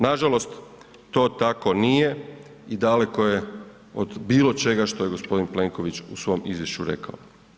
Nažalost, to tako nije i daleko je od bilo čega što je g. Plenković u svom izvješću rekao.